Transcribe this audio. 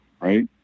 right